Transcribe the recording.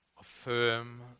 affirm